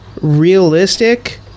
realistic